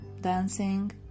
dancing